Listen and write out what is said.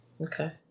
Okay